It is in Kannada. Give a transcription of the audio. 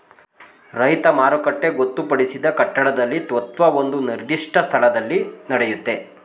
ರೈತ ಮಾರುಕಟ್ಟೆ ಗೊತ್ತುಪಡಿಸಿದ ಕಟ್ಟಡದಲ್ಲಿ ಅತ್ವ ಒಂದು ನಿರ್ದಿಷ್ಟ ಸ್ಥಳದಲ್ಲಿ ನಡೆಯುತ್ತೆ